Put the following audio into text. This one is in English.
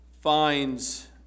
finds